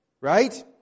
Right